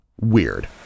WEIRD